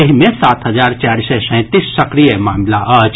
एहि मे सात हजार चारि सय सैंतीस सक्रिय मामिला अछि